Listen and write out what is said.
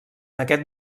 aquest